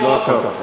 אני לא יכול ככה.